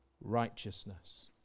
Righteousness